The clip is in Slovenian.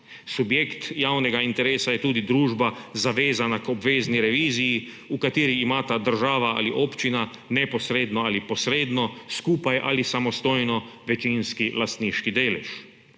Subjekt javnega interesa je tudi družba, zavezana k obvezni reviziji, v kateri imata država ali občina neposredno ali posredno, skupaj ali samostojno večinski lastniški delež.